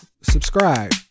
subscribe